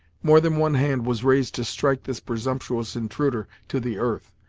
more than one hand was raised to strike this presumptuous intruder to the earth,